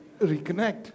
reconnect